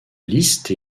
liste